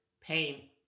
pain